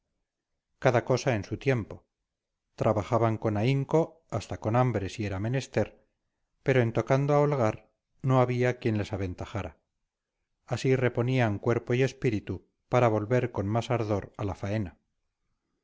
cada cosa en su tiempo trabajaban con ahínco hasta con hambre si era menester pero en tocando a holgar no había quien les aventajara así reponían cuerpo y espíritu para volver con más ardor a la faena